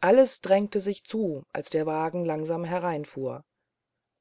alles drängte sich zu als der wagen langsam hereinfuhr